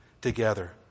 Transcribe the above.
together